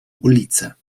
ulice